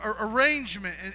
arrangement